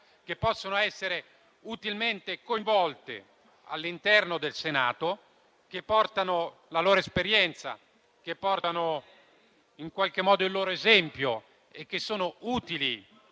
che possono essere utilmente coinvolte all'interno del Senato, che portano la loro esperienza, che portano in qualche modo il loro esempio e che sono utili